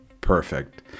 Perfect